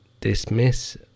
dismiss